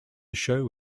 show